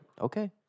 Okay